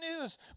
news